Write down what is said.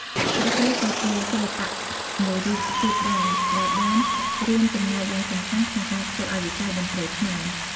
អ្នកស្រីក៏ជាសិល្បៈមួយរូបទៀតដែរ ដែលបានរួមចំណែកយ៉ាងសំខាន់ក្នុងការធ្វើឱ្យវិស័យតន្ត្រីខ្មែរ។